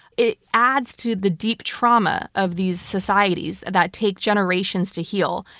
it adds to the deep trauma of these societies that take generations to heal.